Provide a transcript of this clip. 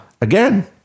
Again